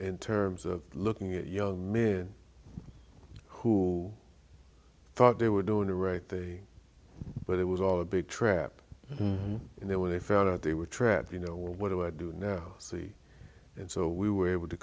in terms of looking at young men who thought they were doing the right thing but it was all a big trap and then when they found out they were trapped you know what do i do now see and so we were able to